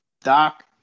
Doc